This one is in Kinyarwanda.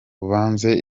ubanze